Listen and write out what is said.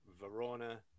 Verona